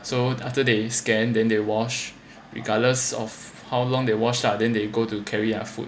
so after they scan then they wash regardless of how long they wash lah then they go to carry our food